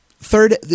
Third